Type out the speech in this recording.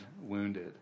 wounded